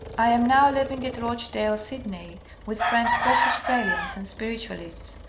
i am now living at rochdale, sydney, with friends both australians and spiritualists,